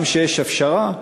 גם כשיש הפשרה,